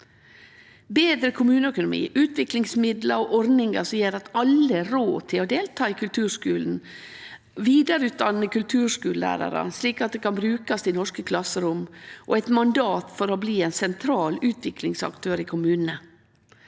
betre kommuneøkonomi, utviklingsmidlar og ordningar som gjer at alle har råd til å delta i kulturskulen, vidareutdanne kulturskulelærarar, slik at dei kan brukast i norske klasserom, med eit mandat for å bli ein sentral utviklingsaktør i kommunane.